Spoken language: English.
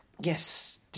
yes